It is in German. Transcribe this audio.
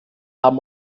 haben